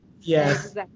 Yes